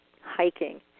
hiking